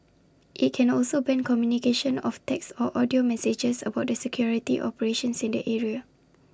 IT can also ban communication of text or audio messages about the security operations in the area